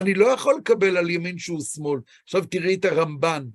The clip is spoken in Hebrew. אני לא יכול לקבל על ימין שהוא שמאל, עכשיו תראי את הרמב"ן.